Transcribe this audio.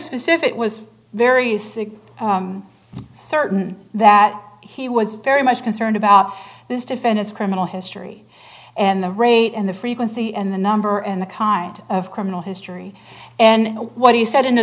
specific was very sick certain that he was very much concerned about this defendants criminal history and the rape and the frequency and the number and the kind of criminal history and what he said